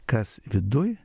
kas viduj